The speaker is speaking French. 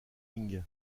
king